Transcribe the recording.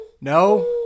No